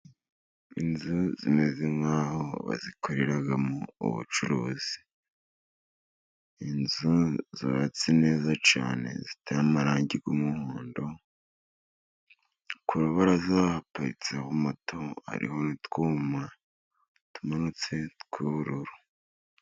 Inzu zimeze nk'aho bazikoreramo ubucuruzi, inzu zubatse neza cyane, ziteye amarangi y'umuhondo, ku rubara haparitseho moto, hariho n'utwuma tumanitse tw'ubururu.